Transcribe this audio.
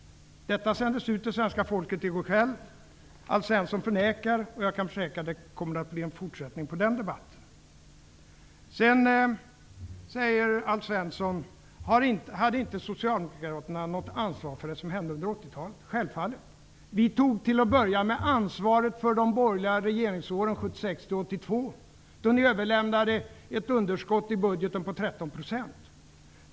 Detta sändes ut till svenska folket i går kväll. Alf Svensson förnekar, och jag kan försäkra att det blir en fortsättning på den debatten. Sedan undrar Alf Svensson om inte Socialdemokraterna har något ansvar för vad som hände under 1980-talet. Självklart! Till att börja med tog vi ansvaret för de borgerliga regeringsåren 1976--1982. Då överlämnade ni ett underskott i budgeten på 13 %.